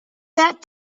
that